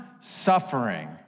suffering